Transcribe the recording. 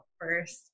first